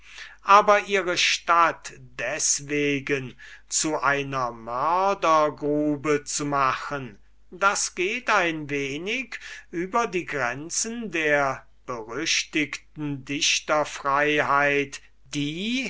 aber ihre stadt deswegen zu einer mördergrube zu machen das geht ein wenig über die grenzen der berüchtigten dichterfreiheit die